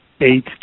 eight